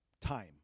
Time